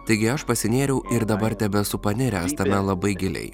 taigi aš pasinėriau ir dabar tebesu paniręs tame labai giliai